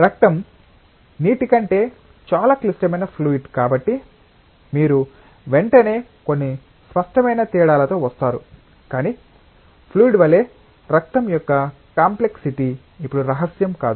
రక్తం నీటి కంటే చాలా క్లిష్టమైన ఫ్లూయిడ్ కాబట్టి మీరు వెంటనే కొన్ని స్పష్టమైన తేడాలతో వస్తారు కాని ఫ్లూయిడ్ వలె రక్తం యొక్క కాంప్లెక్సిటీ ఇప్పుడు రహస్యం కాదు